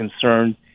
concerned